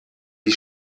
die